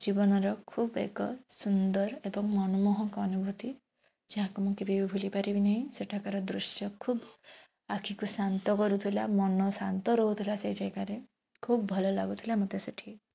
ଜୀବନର ଖୁବ ଏକ ସୁନ୍ଦର ଏବଂ ମନମୋହକ ଅନୁଭୂତି ଯାହାକୁ ମୁଁ କେବେ ବି ଭୁଲିପାରିବି ନାହିଁ ସେଠାକାର ଦୃଶ୍ୟ ଖୁବ ଆଖିକୁ ଶାନ୍ତ କରୁଥିଲା ମନ ଶାନ୍ତ ରହୁଥିଲା ସେଇ ଯାଗାରେ ଖୁବ ଭଲ ଲାଗୁଥିଲା ମୋତେ ସେଠି